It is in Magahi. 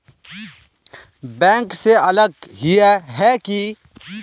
बैंक से अलग हिये है की?